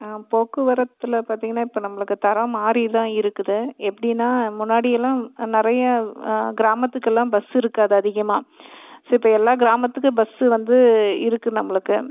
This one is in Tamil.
போக்குவரத்தில் பார்த்தீங்கனா இப்போ நம்மளுக்கு தரம் மாறி தான் இருக்குது எப்படின்னா முன்னாடியெல்லாம் நிறையா கிராமத்துக்கெல்லாம் பஸ்ஸு இருக்காது அதிகமாக ஸோ இப்போ எல்லா கிராமத்துக்கும் பஸ்ஸு வந்து இருக்குது நம்மளுக்கு